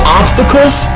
obstacles